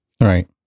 Right